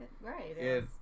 Right